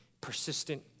Persistent